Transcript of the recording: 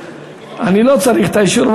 אני לא צריך את האישור,